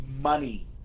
money